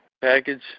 package